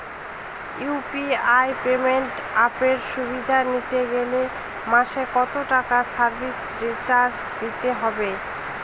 UPI payment অ্যাপের সুবিধা নিতে গেলে মাসে কত টাকা সার্ভিস চার্জ দিতে হবে?